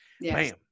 bam